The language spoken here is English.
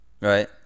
right